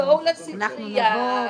תבואו לספרייה,